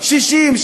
60,